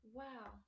wow